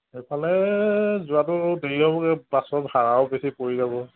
সেইফালে যোৱাটো দেৰি হ'বগৈ বাছৰ ভাড়াও বেছি পৰি যাব